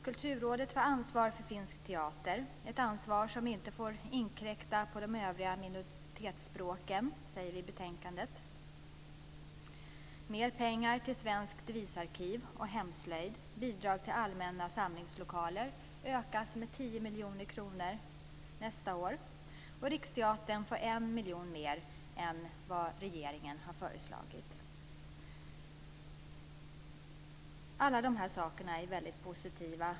Kulturrådet får ansvar för finsk teater. Det framgår i betänkandet att det är ett ansvar som inte får inkräkta på de övriga minoritetsspråken. Det ska bli mer pengar till Svenskt visarkiv och till hemslöjd. miljoner kronor nästa år. Riksteatern får 1 miljon kronor mer än vad regeringen har föreslagit. Alla dessa saker är väldigt positiva.